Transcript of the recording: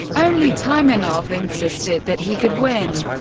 only taimanov insisted that he could win,